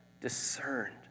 discerned